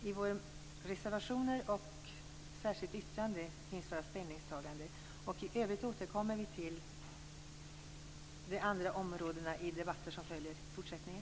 I våra reservationer och vårt särskilda yttrande finns våra ställningstaganden. I övrigt återkommer vi till de andra områdena i den fortsatta debatten.